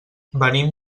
venim